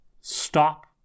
stop